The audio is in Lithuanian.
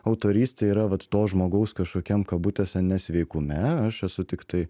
autorystė yra vat to žmogaus kažkokiam kabutėse nesveikume aš esu tiktai